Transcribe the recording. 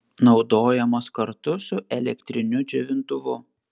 naudojamos kartu su elektriniu džiovintuvu